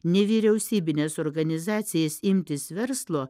nevyriausybines organizacijas imtis verslo